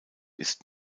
ist